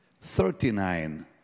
Thirty-nine